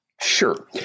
Sure